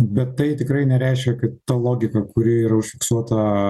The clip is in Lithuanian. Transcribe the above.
bet tai tikrai nereiškia kad ta logika kuri yra užfiksuota